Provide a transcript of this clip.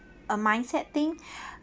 a mindset thing